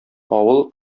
авыл